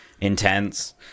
intense